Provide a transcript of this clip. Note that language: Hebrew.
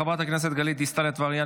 חברת הכנסת גלית דיסטל אטבריאן,